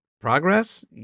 progress